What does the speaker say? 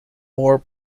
more